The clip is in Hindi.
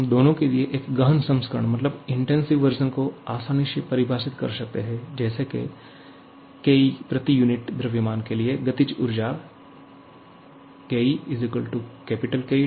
हम दोनों के लिए एक गहन संस्करण को आसानी से परिभाषित कर सकते हैं जैसे के Ke प्रति यूनिट द्रव्यमान के लिए गतिज ऊर्जा है अर्थात्